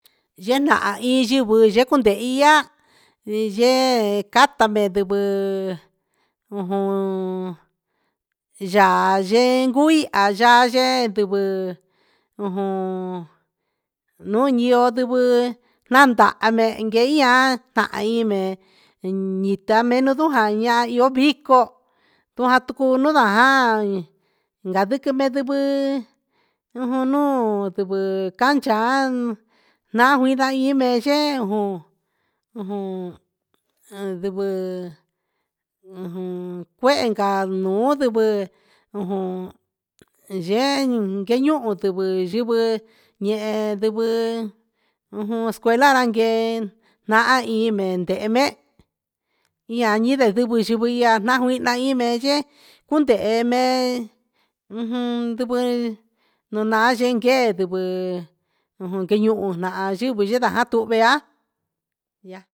Yena'a ahi yingui ye konde ihá, ndiyee katame nduvo'o ujun, yayee nguii ha ya yeen ndungu ujun nuu nundio ndungu nandaime que hí ihá ndaime iin ña te menudo jan na ihá, ihó viko tua tuku nundan a'an ñadiki me ndingui ujun nuu ndegue tanchan ndaivii ndii mi ché ngo'o ujun an ndivii ujun kuenka nuudevee, ujun yeen ni ke ñuu mondeví yingui ñe'é ndenguén ujun escuela nragué, na iin mente mé ihán ndivii yingui ña'a, ña'a najina imé yee jundeeme ujun nduvee nonan yenke ndungue ujun keñuu na'a yingui nindajato ve'a ya.